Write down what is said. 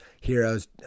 heroes